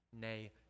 nay